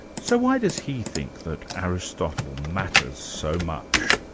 so why does he think that aristotle matters so much?